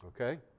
Okay